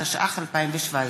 התשע"ח 2017,